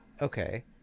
Okay